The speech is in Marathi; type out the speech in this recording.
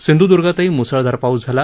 सिंधुदुर्गातही मुसळधार पाऊस झाला